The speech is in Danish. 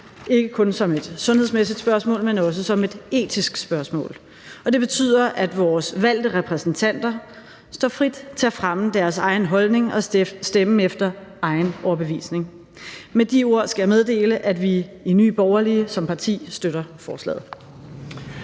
dette som et sundhedsmæssigt spørgsmål, men også som et etisk spørgsmål. Og det betyder, at vores valgte repræsentanter står frit til at fremme deres egen holdning og stemme efter egen overbevisning. Med de ord skal jeg meddele, at vi i Nye Borgerlige som parti støtter forslaget.